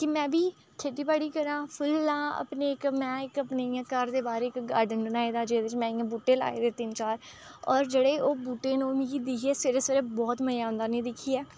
कि में बी खेतीबाड़ी करां फुल्ल लां अपने इक में अपने इक इयां घर दे बाह्रें इक गार्डन बनाए दा जेह्दे च में इ'यां बूह्टे लाए दा तिन चार होर जेह्ड़े ओह् बूह्टे न ओह् मिगी दिक्खियै सवेरे सवेरे बोह्त मज़ा आंदा उ'नेंगी दिक्खियै